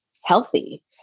healthy